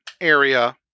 area